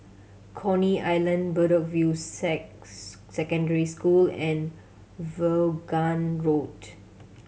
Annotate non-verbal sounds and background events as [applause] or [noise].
Coney Island Bedok View [unintelligible] Secondary School and Vaughan Road